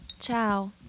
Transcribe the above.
ciao